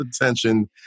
attention